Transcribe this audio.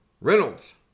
Reynolds